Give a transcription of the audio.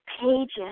pages